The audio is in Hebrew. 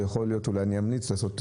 יכול להיות שאולי אני אמליץ לעשות,